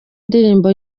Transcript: ndirimbo